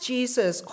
Jesus